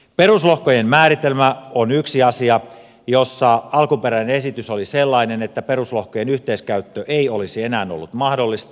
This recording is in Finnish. peruslohkojen määritelmä on yksi asia jossa alkuperäinen esitys oli sellainen että peruslohkojen yhteiskäyttö ei olisi enää ollut mahdollista